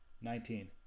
Nineteen